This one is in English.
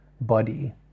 body